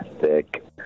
thick